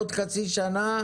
בעוד חצי שנה,